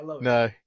No